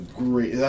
great